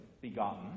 begotten